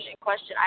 question